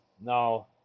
Now